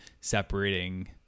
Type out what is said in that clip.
separating